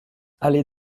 allée